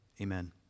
Amen